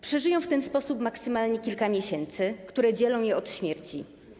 Przeżyją w ten sposób maksymalnie kilka miesięcy, które dzielą je od śmierci.